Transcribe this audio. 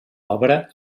obra